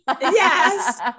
Yes